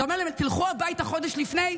ואתה אומר להם: תלכו הביתה חודש לפני,